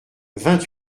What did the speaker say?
vingt